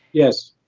yes.